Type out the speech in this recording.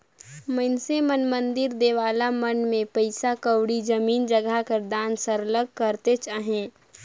मइनसे मन मंदिर देवाला मन में पइसा कउड़ी, जमीन जगहा कर दान सरलग करतेच अहें